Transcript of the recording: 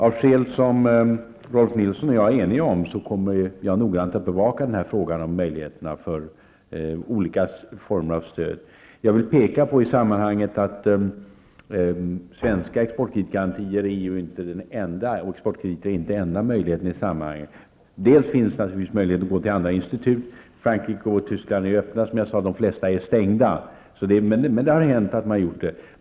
Av skäl som Rolf L Nilson och jag är eniga om kommer jag att noggrant bevaka frågan om möjligheterna till olika former av stöd. Jag vill i sammanhanget peka på att svenska exportkreditgarantier och exportkrediter inte är de enda möjligheterna i sammanhanget. Dels å ena sidan finns det naturligtvis möjligheter att gå till andra institut. I Frankrike och Tyskland är de, som jag sade, öppna, men de flesta är stängda. Det har dock hänt att man har lyckats den vägen.